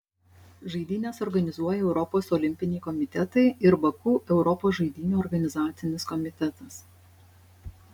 žaidynes organizuoja europos olimpiniai komitetai ir baku europos žaidynių organizacinis komitetas